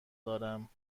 دارم